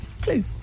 clue